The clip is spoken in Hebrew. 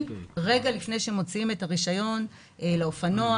רגע לפני שמוציאים את הרישיון על אופנוע